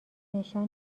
نشان